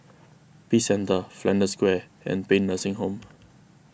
Peace Centre Flanders Square and Paean Nursing Home